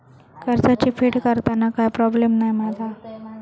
कर्जाची फेड करताना काय प्रोब्लेम नाय मा जा?